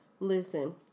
Listen